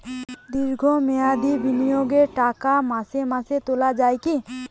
দীর্ঘ মেয়াদি বিনিয়োগের টাকা মাসে মাসে তোলা যায় কি?